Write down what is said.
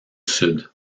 sud